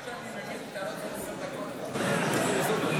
עשר דקות, שהוא מוותר.